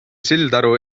sildaru